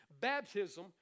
Baptism